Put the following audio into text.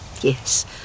Yes